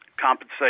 compensate